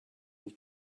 will